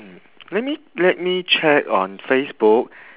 mm let me let me check on facebook